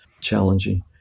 challenging